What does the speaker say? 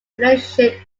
relationship